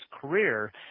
career